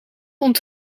vond